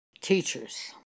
teachers